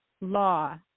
law